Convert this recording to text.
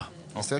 בסדר?